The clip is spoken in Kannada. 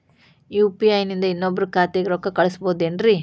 ಯು.ಪಿ.ಐ ನಿಂದ ಇನ್ನೊಬ್ರ ಖಾತೆಗೆ ರೊಕ್ಕ ಕಳ್ಸಬಹುದೇನ್ರಿ?